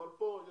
אבל פה יש